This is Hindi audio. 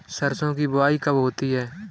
सरसों की बुआई कब होती है?